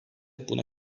buna